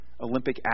Olympic